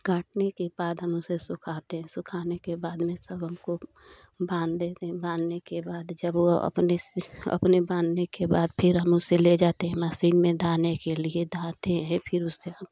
काटने के बाद हम उसे सुखाते हैं सुखाने के बाद में सब हमको बांध देते हैं बाँधने के बाद जब वह अपने से अपने बाँधने के फ़िर हम उसे ले जाते है मशीन में दाने के लिए डालते हैं फ़िर उसे हम